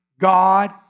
God